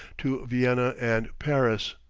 to vienna and paris.